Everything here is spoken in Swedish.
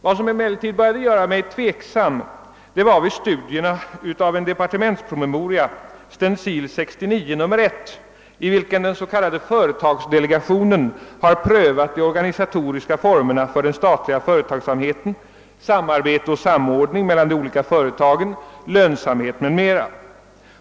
Jag började emellertid bli tveksam när jag studerade departementspromemorian I — Stencil 1969:1 — i vilken den s.k. företagsdelegationen har prövat de organisatoriska formerna för den statliga företagsamheten, samarbete och samordning mellan de olika företagen, lönsamhet m.m.